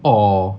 or